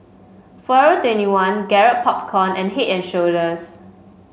Forever twenty one Garrett Popcorn and Head And Shoulders